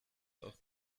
auch